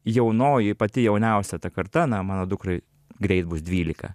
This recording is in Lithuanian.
jaunoji pati jauniausia ta karta na mano dukrai greit bus dvylika